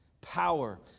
power